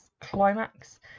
climax